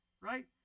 right